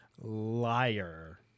Liar